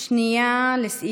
שאין ייצוג, שאתם דורסים אותנו.